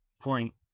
point